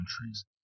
countries